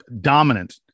dominant